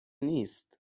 نیست